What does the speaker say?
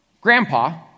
Grandpa